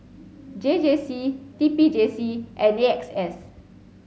J J C T P J C and A X S